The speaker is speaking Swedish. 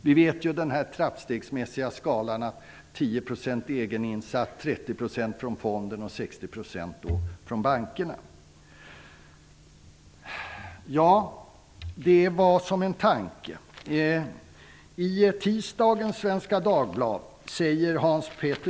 Vi känner till den trappstegsmässiga skalan 10 % egen insats ger 30 % från fonden och 60 % från bankerna. Ja, det var vår tanke.